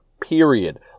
period